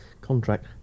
contract